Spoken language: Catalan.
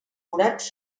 forats